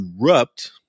erupt